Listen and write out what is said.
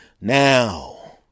Now